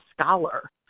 scholar